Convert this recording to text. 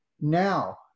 now